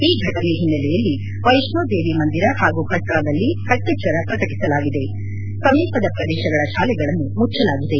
ಈ ಘಟನೆ ಹಿನ್ನೆಲೆಯಲ್ಲಿ ವೈಷ್ಣೋದೇವಿ ಮಂದಿರ ಹಾಗೂ ಕಟ್ರಾದಲ್ಲಿ ಕಟ್ಟೆಚ್ಚರ ಪ್ರಕಟಸಲಾಗಿದೆ ಸಮೀಪದ ಪ್ರದೇಶಗಳ ತಾಲೆಗಳನ್ನು ಮುಚ್ಚಲಾಗಿದೆ